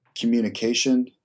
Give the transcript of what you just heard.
communication